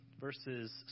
Verses